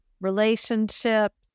relationships